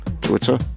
Twitter